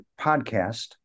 podcast